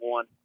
One